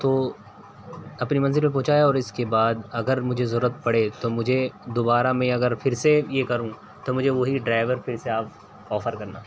تو اپنی منزل پہ پہنچایا اور اس کے بعد اگر مجھے ضرورت پڑے تو مجھے دوبارہ میں یہ اگر پھر سے یہ کروں تو مجھے وہی ڈرائیور پھر سے آپ آفر کرنا